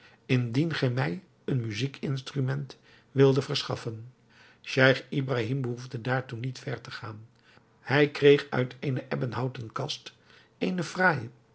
indien gij mij een muzijk instrument wildet verschaffen scheich ibrahim behoefde daartoe niet ver te gaan hij kreeg uit eene ebbenhouten kast eene fraaije